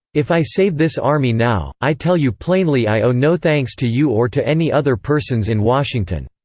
if i save this army now, i tell you plainly i owe no thanks to you or to any other persons in washington.